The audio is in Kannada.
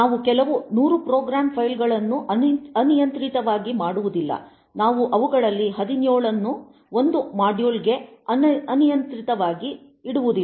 ನಾವು ಕೇವಲ 100 ಪ್ರೋಗ್ರಾಂ ಫೈಲ್ಗಳನ್ನು ಅನಿಯಂತ್ರಿತವಾಗಿ ಮಾಡುವುದಿಲ್ಲ ನಾವು ಅವುಗಳಲ್ಲಿ 17 ಅನ್ನು 1 ಮಾಡ್ಯೂಲ್ಗೆ ಅನಿಯಂತ್ರಿತವಾಗಿ ಇಡುವುದಿಲ್ಲ